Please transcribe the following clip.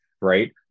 right